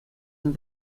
and